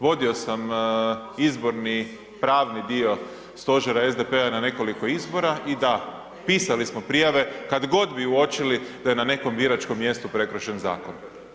Vodio sam izborni pravni dio stožera SDP-a na nekoliko izbora i da, pisali smo prijave kad god bi uočili da je na nekom biračkom mjestu prekršen zakon.